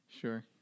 Sure